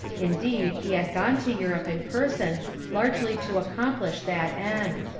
indeed he had gone to europe in person largely to accomplish that end.